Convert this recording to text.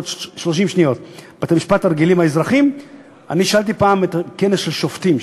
אני שאלתי פעם בכנס של שופטים,